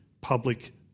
public